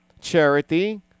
charity